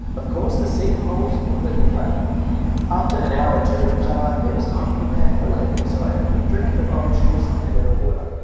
of course the seats fold completely flat after an hour or two of shut-eye, it was time to prepare for landing so i had a quick drink of orange juice and mineral water